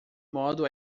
modo